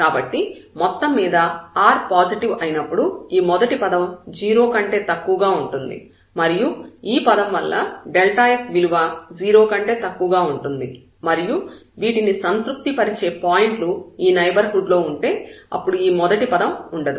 కాబట్టి మొత్తం మీద r పాజిటివ్ అయినప్పుడు ఈ మొదటి పదం 0 కంటే తక్కువగా ఉంటుంది మరియు ఈ పదం వల్ల f విలువ 0 కంటే తక్కువగా ఉంటుంది మరియు వీటిని సంతృప్తి పరిచే పాయింట్లు ఈ నైబర్హుడ్ లో ఉంటే అప్పుడు ఈ మొదటి పదం ఉండదు